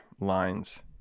lines